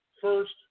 first